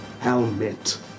Helmet